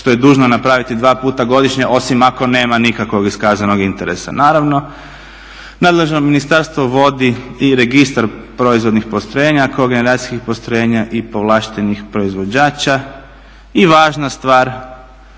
što je dužno napraviti dva puta godišnje osim ako nema nikakvog iskazanog interesa. Naravno, nadležno ministarstvo vodi i registar proizvodnih postrojenja, kogeneracijskih postrojenja i povlaštenih proizvođača i važna stvar